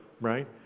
right